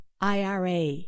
IRA